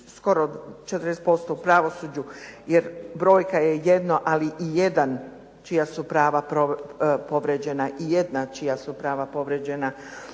skoro 40% u pravosuđu, jer brojka je jedno ali i jedan čija su prava povrijeđena